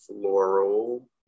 floral